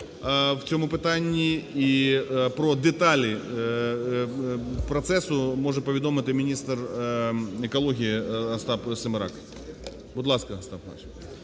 в цьому питанні, і про деталі процесу може повідомити міністр екології Остап Семерак. Будь ласка, Остап